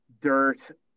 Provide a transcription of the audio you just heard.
Dirt